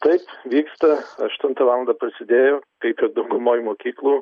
taip vyksta aštuntą valandą prasidėjo kaip ir daugumoj mokyklų